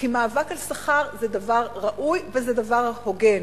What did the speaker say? ומאבק על שכר זה דבר ראוי וזה דבר הוגן,